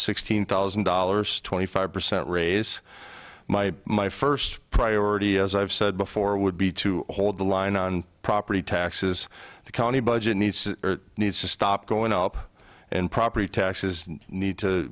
sixteen thousand dollars twenty five percent raise my my first priority as i've said before would be to hold the line on property taxes the county budget needs needs to stop going up and property taxes need to